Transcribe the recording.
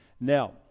Now